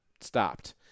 stopped